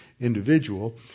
individual